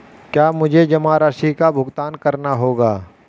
क्या मुझे जमा राशि का भुगतान करना होगा?